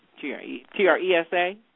T-R-E-S-A